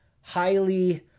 highly